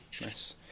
Nice